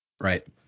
Right